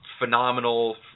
phenomenal